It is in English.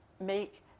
make